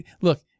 Look